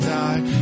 die